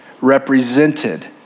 represented